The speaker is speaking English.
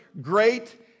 great